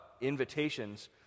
invitations